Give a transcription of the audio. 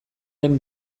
den